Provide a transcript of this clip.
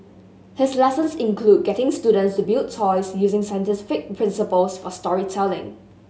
his lessons include getting students to build toys using scientific principles for storytelling